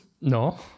No